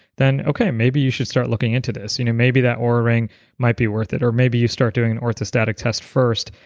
then okay, maybe you should start looking into this. you know maybe that oura ring might be worth it, or maybe you start doing an orthostatic test first,